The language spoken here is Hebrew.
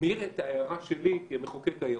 מעיר את ההערה שלי כמחוקק היום.